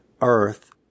earth